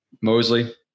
Mosley